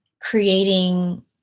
creating